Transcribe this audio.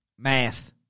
Math